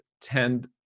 tend